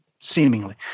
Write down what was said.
seemingly